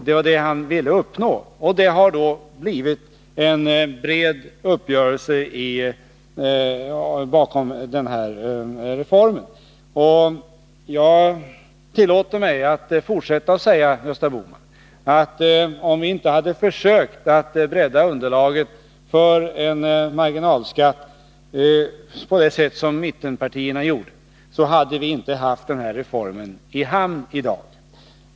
Det har blivit en bred uppgörelse bakom denna reform. Jag tillåter mig att fortsätta att säga, Gösta Bohman, att om vi inte hade försökt bredda underlaget för en marginalskattereform på det sätt som mittenpartierna gjorde, så hade vi inte haft den här reformen i hamn i dag.